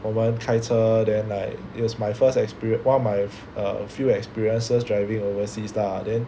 我们开车 then like it was my first experience one of my err few experiences driving overseas lah then